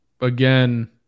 again